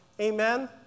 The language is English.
Amen